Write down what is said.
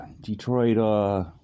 Detroit